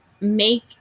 make